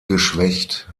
geschwächt